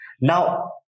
Now